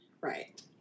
Right